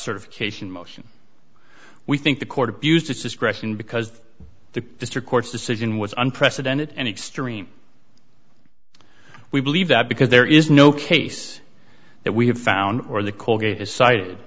certification motion we think the court abused its discretion because the district court's decision was unprecedented and extreme we believe that because there is no case that we have found or the coalgate